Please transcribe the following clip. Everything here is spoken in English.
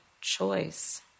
choice